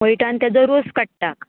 मयटा आनी तेजो रोस काडटाक